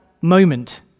moment